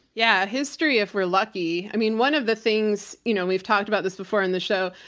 yeah. history, if we're lucky. i mean, one of the things you know we've talked about this before in the show,